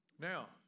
Now